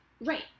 right